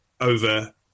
over